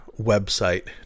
website